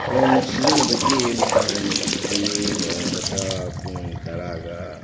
phone ꯁꯤꯖꯤꯟꯅꯕꯒꯤ ꯃꯇꯥꯡꯁꯤꯗꯤ ꯅꯣꯡꯃꯗ ꯄꯨꯡ ꯇꯔꯥꯒ